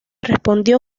respondió